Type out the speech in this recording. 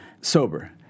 sober